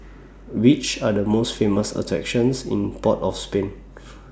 Which Are The most Famous attractions in Port of Spain